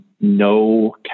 no